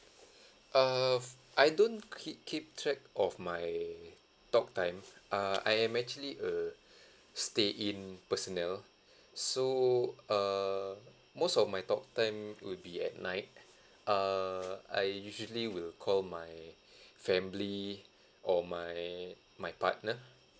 err I don't keep keep track of my talk time uh I am actually a stay in personnel so err most of my talk time will be at night err I usually will call my family or my my partner